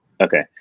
Okay